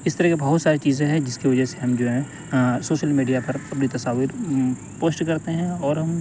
اس طرح کے بہت ساری چیزیں ہیں جس کی وجہ سے ہم جو ہیں سوشل میڈیا پر اپنی تصاویر پوسٹ کرتے ہیں اور ہم